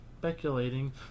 speculating